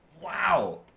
Wow